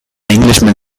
englishman